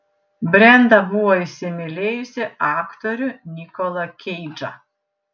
brenda buvo įsimylėjusi aktorių nikolą keidžą